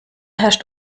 herrscht